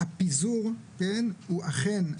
הפיזור הוא אכן,